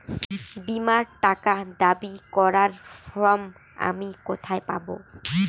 বীমার টাকা দাবি করার ফর্ম আমি কোথায় পাব?